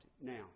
Now